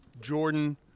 Jordan